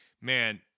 man